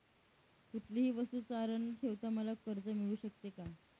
कुठलीही वस्तू तारण न ठेवता मला कर्ज मिळू शकते का?